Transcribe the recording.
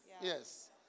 Yes